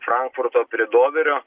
frankfurto prie doverio